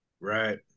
Right